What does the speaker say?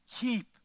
keep